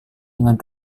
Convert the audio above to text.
dengan